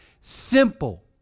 simple